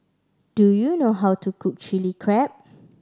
do you know how to cook Chilli Crab